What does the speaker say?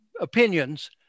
opinions